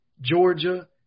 Georgia